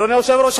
אדוני היושב-ראש,